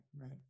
right